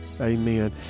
Amen